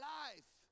life